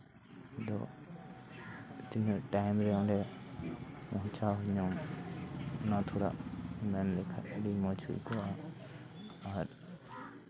ᱟᱫᱚ ᱛᱤᱱᱟᱹᱜ ᱴᱟᱭᱤᱢᱨᱮ ᱚᱸᱰᱮ ᱯᱳᱣᱪᱷᱟᱣ ᱤᱧᱟᱢ ᱱᱚᱣᱟ ᱛᱷᱚᱲᱟ ᱢᱮᱱᱞᱮᱠᱷᱟᱱ ᱟᱹᱰᱤ ᱢᱚᱡᱽ ᱦᱩᱭ ᱠᱚᱜᱼᱟ ᱟᱨ